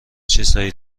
چیزهایی